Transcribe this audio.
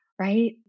right